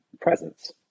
presence